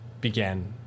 began